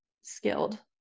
skilled